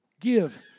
Give